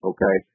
Okay